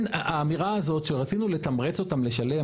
האמירה הזאת שרצינו לתמרץ אותם לשלם,